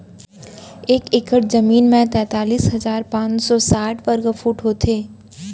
एक एकड़ जमीन मा तैतलीस हजार पाँच सौ साठ वर्ग फुट होथे